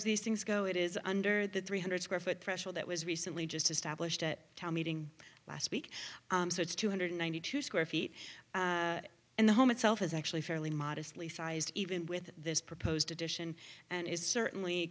as these things go it is under the three hundred square foot threshold that was recently just established at a town meeting last week so it's two hundred ninety two square feet in the home itself is actually fairly modestly sized even with this proposed addition and is certainly